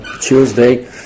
Tuesday